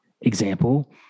example